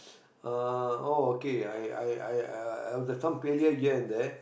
uh oh okay I I I I have some failure here and there